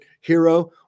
hero